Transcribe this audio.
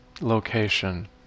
location